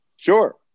Sure